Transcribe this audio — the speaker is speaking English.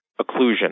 occlusion